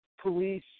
police